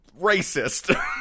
racist